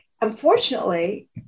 unfortunately